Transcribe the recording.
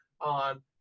on